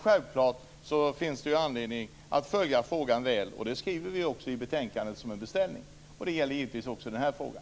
Självfallet finns det anledning att följa frågan väl, och det skriver vi också i betänkandet som en beställning. Det gäller givetvis också den här frågan.